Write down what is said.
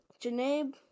Janae